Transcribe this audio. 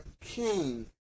king